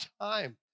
time